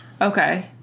Okay